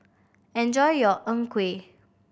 enjoy your Png Kueh